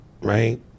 right